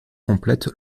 complète